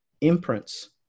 imprints